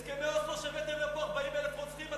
הסכמי אוסלו שהבאתם לפה 40,000 רוצחים,